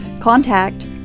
contact